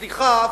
סליחה,